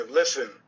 listen